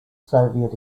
soviet